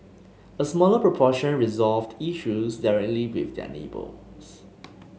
a smaller proportion resolved issues directly with their neighbours